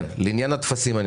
לעניין הטפסים.